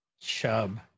chub